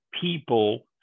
people